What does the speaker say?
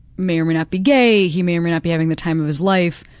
may or may not be gay, he may or may not be having the time of his life,